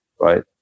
right